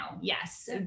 yes